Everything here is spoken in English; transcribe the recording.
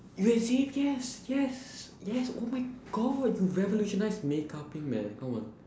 you have saved yes yes yes oh my god you revolutionised makeupping man come on